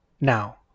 Now